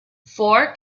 four